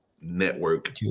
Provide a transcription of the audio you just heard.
network